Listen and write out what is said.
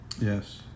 Yes